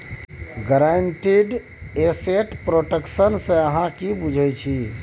guaranteed asset production सँ अहाँ कि बुझै छी